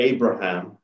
Abraham